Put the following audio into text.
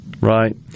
Right